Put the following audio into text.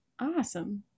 awesome